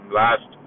last